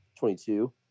22